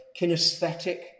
kinesthetic